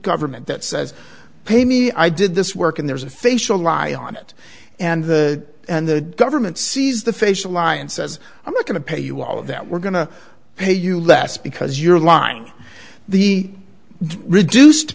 government that says pay me i did this work and there's a facial lie on it and the and the government sees the facial lie and says i'm not going to pay you all of that we're going to pay you less because your line the reduced